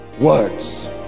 words